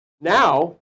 Now